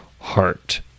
heart